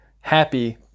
happy